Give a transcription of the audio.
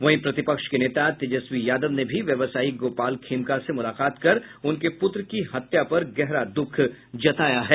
वहीं प्रतिपक्ष के नेता तेजस्वी यादव ने भी व्यवसायी गोपाल खेमका से मुलाकात कर उनके पुत्र की हत्या पर गहरा दुःख जताया है